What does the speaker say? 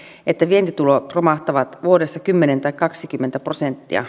että vientitulot romahtavat vuodessa kymmenen tai kaksikymmentä prosenttia